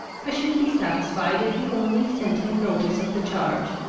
i should be satisfied if he only sent him notice of the charge,